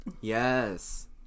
yes